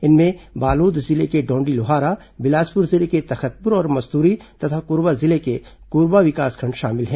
इनमें बालोद जिले के डौंडीलोहारा बिलासपुर जिले के तखतपुर और मस्तुरी तथा कोरबा जिले के कोरबा विकासखंड शामिल हैं